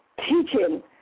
teaching